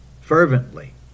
fervently